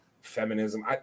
feminism